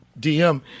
dm